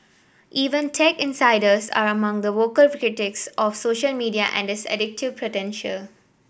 even tech insiders are among the vocal critics of social media and its addictive potential